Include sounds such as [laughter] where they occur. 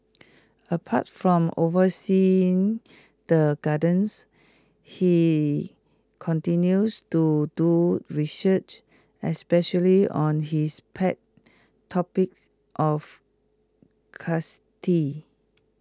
apart from overseeing the gardens he continues to do research especially on his pet topic of [unintelligible]